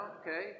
okay